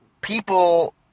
people